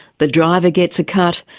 the driver gets a cut,